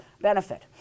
benefit